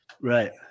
Right